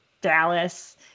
Dallas